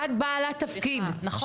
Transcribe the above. את בעלת תפקיד.